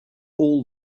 all